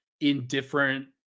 indifferent –